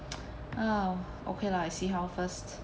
ah okay lah I see how first